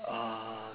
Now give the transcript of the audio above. uh